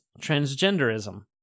transgenderism